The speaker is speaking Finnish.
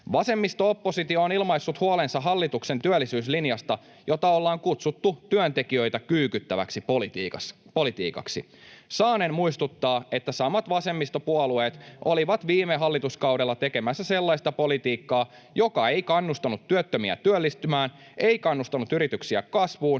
Vasemmisto-oppositio on ilmaissut huolensa hallituksen työllisyyslinjasta, jota on kutsuttu työntekijöitä kyykyttäväksi politiikaksi. Saanen muistuttaa, että samat vasemmistopuolueet olivat viime hallituskaudella tekemässä sellaista politiikkaa, joka ei kannustanut työttömiä työllistymään, ei kannustanut yrityksiä kasvuun